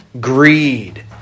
greed